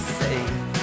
safe